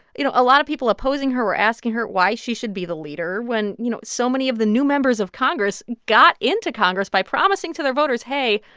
you know, ah a of people opposing her were asking her why she should be the leader when you know so many of the new members of congress got into congress by promising to their voters, hey,